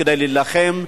כדי להילחם,